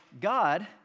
God